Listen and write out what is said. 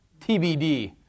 TBD